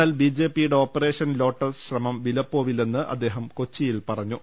എന്നാൽ ബിജെപിയുടെ operation lotus ശ്രമം വിലപ്പോവില്ലെന്ന് അദ്ദേഹം കൊച്ചിയിൽ പറഞ്ഞു